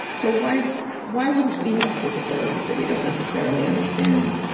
so, why why wouldn't we have capabilities that we don't necessarily understand?